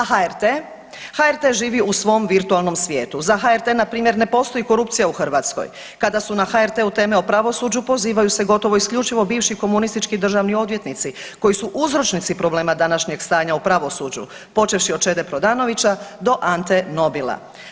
A HRT, HRT živi u svom virtualnom svijetu, za HRT npr. ne postoji korupcija u Hrvatskoj kada su na HRT-u teme o pravosuđu pozivaju se isključivo bivši komunistički državni odvjetnici koji su uzročnici problema današnjeg stanja u pravosuđu počevši od Čede Prodanovića do Ante Nobila.